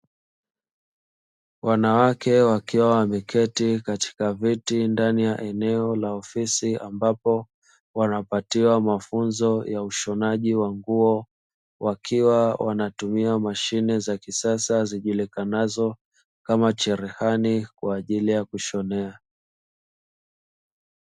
Wanawake wakiwa wameketi katika viti ndani ya eneo la ofisi. Ambapo wanapatiwa mafunzo ya ushonaji wa nguo, wakiwa wanatumia mashine za kisasa zijulikanazo kama cherehani kwa ajili ya kushonea.